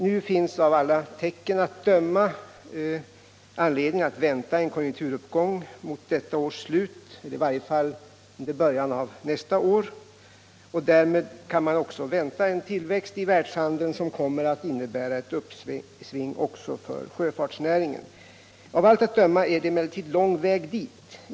Nu finns av alla tecken att döma anledning att vänta en konjunkturuppgång mot detta års slut eller i varje fall under början av nästa år. Därmed kan man vänta en tillväxt i världshandeln som kommer att innebära ett uppsving också för sjöfartsnäringen. Av allt att döma är det emellertid lång väg dit.